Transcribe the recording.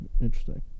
Interesting